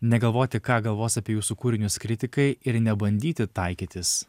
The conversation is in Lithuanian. negalvoti ką galvos apie jūsų kūrinius kritikai ir nebandyti taikytis